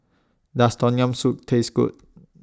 Does Tom Yam Soup Taste Good